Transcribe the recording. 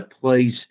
please